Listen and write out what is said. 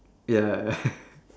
ya